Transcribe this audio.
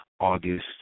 August